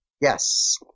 Yes